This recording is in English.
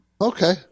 Okay